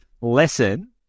lesson